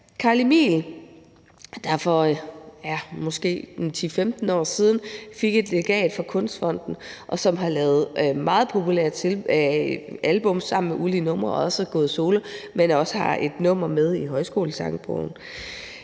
Carl Emil, der for 10-15 år siden fik et legat fra Kunstfonden, og som har lavet meget populære albums sammen med Ulige Numre og også er gået solo, men som også har et nummer med i Højskolesangbogen.